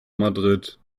madrid